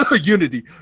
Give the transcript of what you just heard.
unity